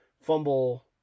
fumble